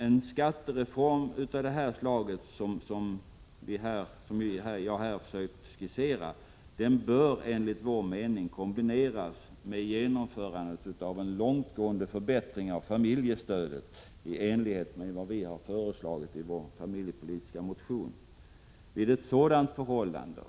En skattereform av det slag som jag här har försökt skissera bör enligt folkpartiets mening kombineras med genomförandet av en långtgående förbättring av familjestödet i enlighet med vad vi har föreslagit i vår familjepolitiska motion.